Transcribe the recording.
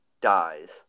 dies